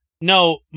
No